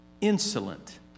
insolent